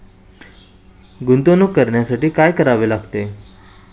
गुंतवणूक करण्यासाठी काय करायला लागते?